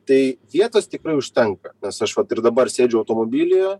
tai vietos tikrai užtenka nes aš vat ir dabar sėdžiu automobilyje